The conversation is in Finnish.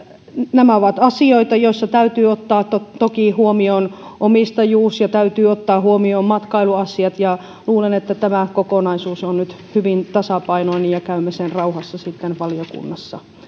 nämä ovat asioita joissa täytyy ottaa toki huomioon omistajuus ja täytyy ottaa huomioon matkailuasiat ja luulen että tämä kokonaisuus on nyt hyvin tasapainoinen ja käymme sen rauhassa sitten valiokunnassa